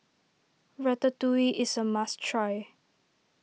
Ratatouille is a must try